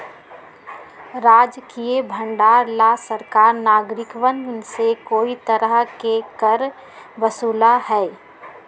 राजकीय भंडार ला सरकार नागरिकवन से कई तरह के कर वसूला हई